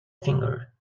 finger